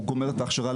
כשהוא גומר את ההכשרה,